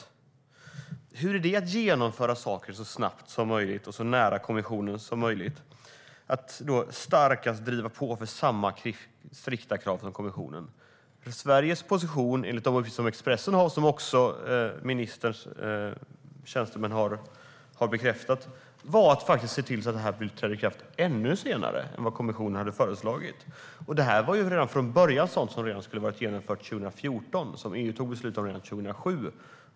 Hur hänger det ihop med att genomföra saker så snabbt som möjligt och så nära kommissionens förslag som möjligt, att starkast driva på för samma strikta krav som kommissionen? Sveriges position enligt Expressen, som också ministerns tjänstemän har bekräftat, var att se till att kraven träder i kraft ännu senare än vad kommissionen har föreslagit. Det här var från början sådant som skulle ha varit genomfört 2014. EU fattade beslut redan 2007.